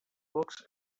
books